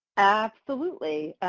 absolutely.